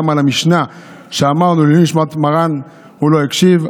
גם למשנה שאמרנו לעילוי נשמת מרן הוא לא הקשיב,